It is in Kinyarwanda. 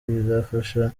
bizafasha